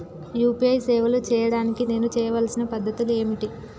UPI సేవలు చేయడానికి నేను చేయవలసిన పద్ధతులు ఏమిటి?